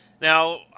Now